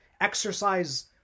exercise